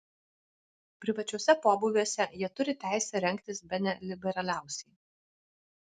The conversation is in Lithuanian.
privačiuose pobūviuose jie turi teisę rengtis bene liberaliausiai